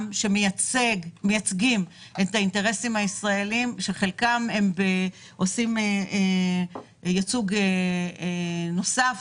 שמייצגים את האינטרסים הישראליים - חלקם עושים ייצוג נוסף.